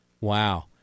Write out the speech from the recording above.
wow